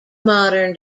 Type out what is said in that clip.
modern